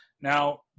Now